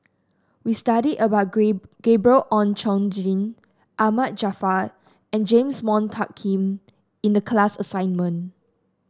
we studied about Gabriel Oon Chong Jin Ahmad Jaafar and James Wong Tuck Yim in the class assignment